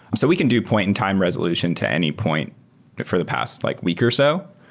so we can do point in time resolution to any point for the past like week or so.